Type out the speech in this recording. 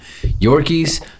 Yorkies